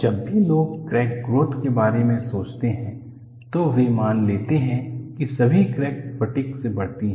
जब भी लोग क्रैक ग्रोथ के बारे में सोचते हैं तो वे मान लेते हैं कि सभी क्रैक्स फटीग से बढ़ती हैं